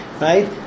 right